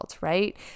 Right